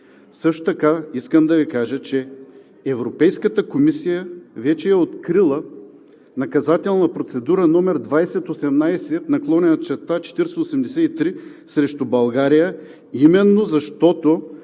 Също така искам да Ви кажа, че Европейската комисия вече е открила Наказателна процедура № 2018/4083 срещу България, именно защото